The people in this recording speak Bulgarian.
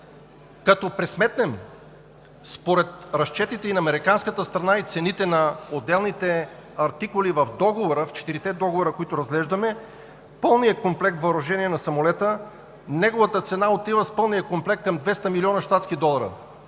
Като пресметнем според разчетите и на американската страна и цените на отделните артикули в четирите договора, които разглеждаме, пълният комплект въоръжение на самолета – неговата цена отива с пълния комплект към 200 млн. щатски долара.